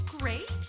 great